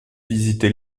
visité